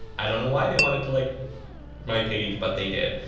i don't know why they wanted to like my page but they did.